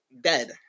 dead